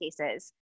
cases